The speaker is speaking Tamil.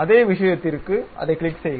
அதே விஷயத்திற்கு அதைக் கிளிக் செய்க